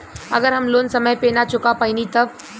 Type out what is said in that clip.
अगर हम लोन समय से ना चुका पैनी तब?